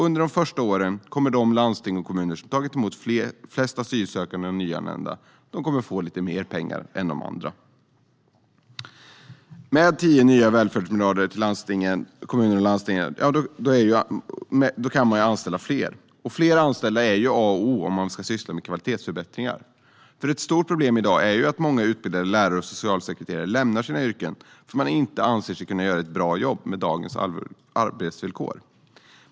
Under de första åren kommer de kommuner och landsting som har tagit emot flest asylsökande och nyanlända att få lite mer pengar än de andra. Med 10 nya välfärdsmiljarder till kommuner och landsting kan man anställa fler. Fler anställda är A och O om man ska syssla med kvalitetsförbättringar. Ett stort problem i dag är att många utbildade lärare och socialsekreterare lämnar sina yrken för att de inte anser sig kunna göra ett bra jobb med dagens arbetsvillkor.